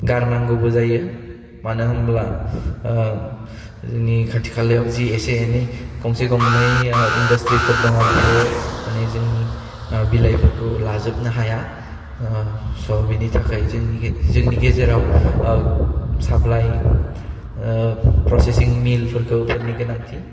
गारनांगौबो जायो मानो होमब्ला ओह जोंनि खाथि खालायाव जि एसे एनै गंसे गंनै ओह इनडासट्रिफोर दङ बेफोरो मानि जोंनि ओह बिलाइफोरखौ लाजोबनो हाया ओह स बेनि थाखाय जोंनि जोंनि गेजेराव ओह सा बिलाइ ओह प्रसेसिं मिलफोरखौ फोरनि गोनांथि